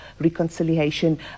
reconciliation